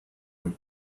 with